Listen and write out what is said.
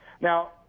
Now